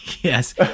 Yes